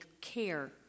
care